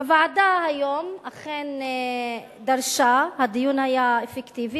הוועדה היום אכן דרשה מ"עמידר" הדיון היה אפקטיבי,